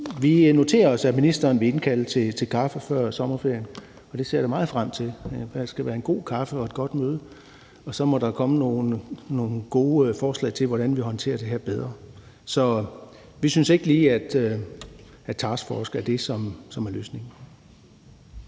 vi noterer os, at ministeren vil indkalde til kaffe før sommerferien. Jeg ser da meget frem til en god kop kaffe og et godt møde, og så må der komme nogle gode forslag til, hvordan vi håndterer det her bedre. Så vi synes ikke lige, at en taskforce er det, som er løsningen.